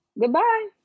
goodbye